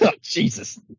jesus